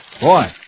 Boy